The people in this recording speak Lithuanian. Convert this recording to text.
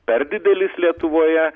per didelis lietuvoje